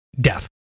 death